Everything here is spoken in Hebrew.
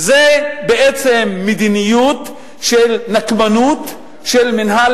זאת בעצם מדיניות של נקמנות של מינהל